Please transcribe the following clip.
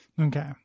okay